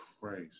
Christ